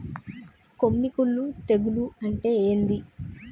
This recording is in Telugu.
కొమ్మి కుల్లు తెగులు అంటే ఏంది?